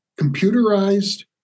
computerized